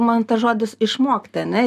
man tas žodis išmokti ane